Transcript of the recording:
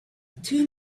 two